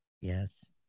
Yes